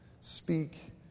Speak